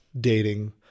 dating